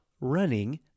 running